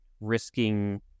risking